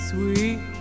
Sweet